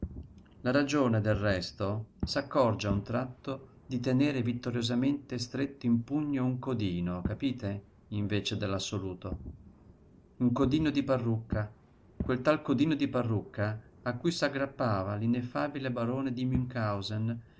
la ragione del resto s'accorge a un tratto di tenere vittoriosamente stretto in pugno un codino capite invece dell'assoluto un codino di parrucca quel tal codino di parrucca a cui s'aggrappava l'ineffabile barone di